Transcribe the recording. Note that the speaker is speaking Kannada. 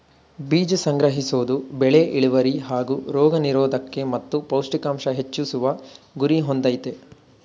ಬೀಜ ಸಂಗ್ರಹಿಸೋದು ಬೆಳೆ ಇಳ್ವರಿ ಹಾಗೂ ರೋಗ ನಿರೋದ್ಕತೆ ಮತ್ತು ಪೌಷ್ಟಿಕಾಂಶ ಹೆಚ್ಚಿಸುವ ಗುರಿ ಹೊಂದಯ್ತೆ